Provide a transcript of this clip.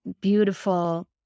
beautiful